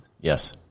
Yes